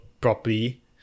properly